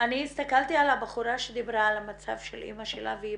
אני הסתכלתי על הבחורה שדיברה על המצב של אמא שלה והיא